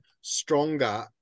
stronger